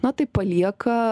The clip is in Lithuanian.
na tai palieka